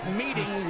meeting